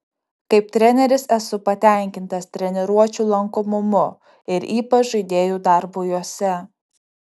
kaip treneris esu patenkintas treniruočių lankomumu ir ypač žaidėjų darbu jose